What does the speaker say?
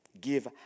give